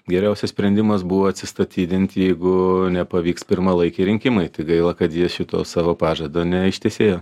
geriausias sprendimas buvo atsistatydinti jeigu nepavyks pirmalaikiai rinkimai tai gaila kad jie šito savo pažado neištesėjo